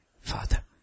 Father